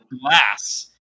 glass